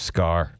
Scar